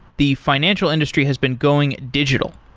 the financial industry has been going digital.